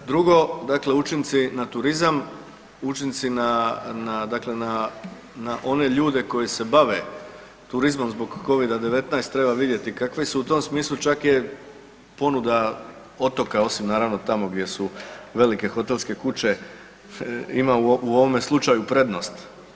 Drugo, dakle učinci na turizam, učinci na one ljude koji se bave turizmom zbog covida-19 treba vidjeti, kakvi su u tom smislu čak je ponuda otoka osim naravno tako gdje su velike hotelske kuće ima u ovome slučaju prednost.